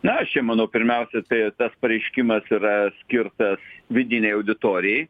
na aš čia manau pirmiausia tai kad pareiškimas yra skirtas vidinei auditorijai